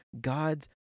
God's